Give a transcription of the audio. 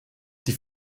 die